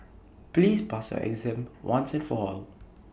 please pass your exam once and for all